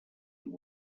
amb